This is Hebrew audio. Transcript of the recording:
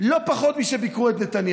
לביסוסה ולהעשרת תרבותה.